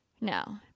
No